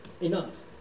enough